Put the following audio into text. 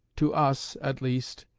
to us, at least,